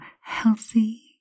healthy